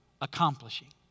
Accomplishing